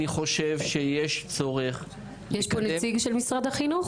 אני חושב שיש צורך לקדם תוכניות --- יש פה מישהו ממשרד החינוך?